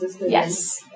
Yes